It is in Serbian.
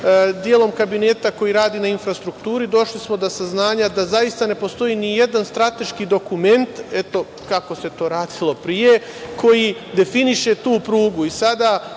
delom kabineta koji radi na infrastrukturi, došli do saznanja da zaista ne postoji nijedan strateški dokument, eto kako se to radilo pre, koji definiše tu prugu.